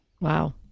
Wow